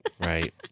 right